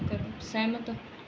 ਕਰਨ ਸਹਿਮਤ